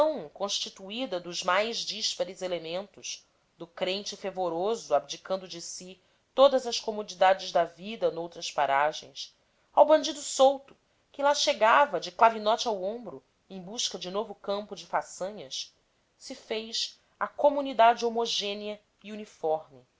constituída dos mais díspares elementos do crente fervoroso abdicando de si todas as comodidades da vida noutras paragens ao bandido solto que lá chegava de clavinote ao ombro em busca de novo campo de façanhas se fez a comunidade homogênea e uniforme